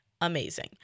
amazing